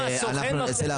טוב, אנחנו נמצא להפסקה קצרה.